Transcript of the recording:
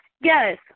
Yes